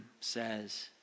says